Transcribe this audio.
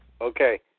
Okay